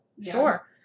Sure